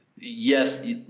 Yes